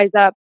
up